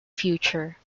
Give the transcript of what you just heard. future